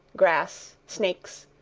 grass, snakes,